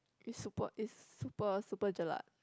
is super is super super jelak